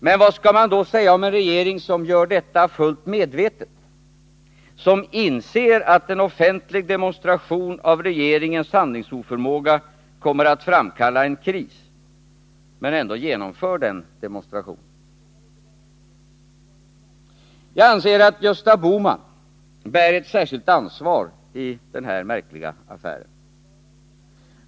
Men vad skall man då säga om en regering som gör detta fullt medvetet, som inser att en offentlig demonstration av regeringens handlingsoförmåga kommer att framkalla en kris, men ändå genomför demonstrationen? Jag anser att Gösta Bohman bär ett särskilt ansvar i denna märkliga affär.